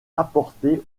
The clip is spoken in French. apportée